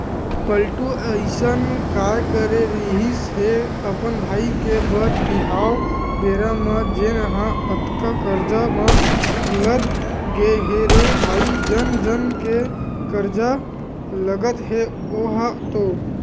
पलटू अइसन काय करे रिहिस हे अपन भाई के बर बिहाव बेरा म जेनहा अतका करजा म लद गे हे रे भई जन जन के करजा लगत हे ओहा तो